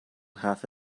half